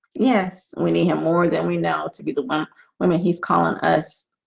yes, we need him more than we know to be the one women he's calling us